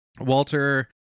Walter